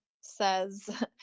says